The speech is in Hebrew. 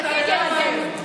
את עתיד ילדינו,